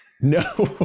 No